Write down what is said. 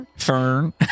Fern